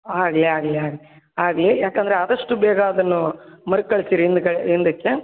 ಆಗಲಿ ಆಗಲಿ ಆಗಲಿ ಆಗಲಿ ಯಾಕಂದರೆ ಆದಷ್ಟು ಬೇಗ ಅದನ್ನು ಮರುಕಳಿಸಿರಿ ಹಿಂದ್ ಹಿಂದಕ್ಕೆ